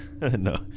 No